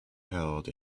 held